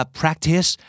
practice